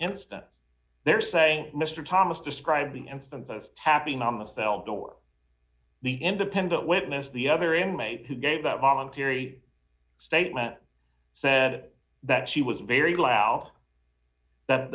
incident there saying mr thomas describing instances tapping on the cell door the independent witness the other inmate who gave that voluntary statement said that she was very loud that